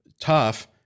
tough